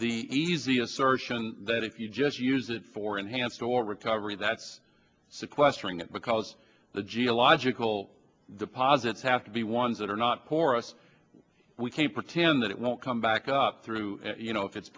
the easy assertion that if you just use it for enhanced oil recovery that's sequestering it because the geological deposits have to be ones that are not porous we can't pretend that it won't come back up through you know if it's